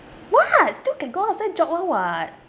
what still can go outside jog [one] [what]